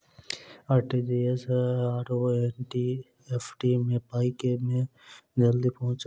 RTGS आओर NEFT मे पाई केँ मे जल्दी पहुँचत?